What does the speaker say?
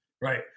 right